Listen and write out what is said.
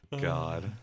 God